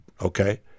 okay